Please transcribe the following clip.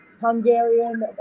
Hungarian